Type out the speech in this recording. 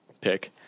pick